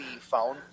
phone